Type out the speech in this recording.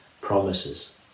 promises